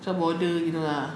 macam border gitu lah